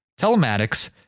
telematics